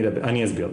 אני אסביר.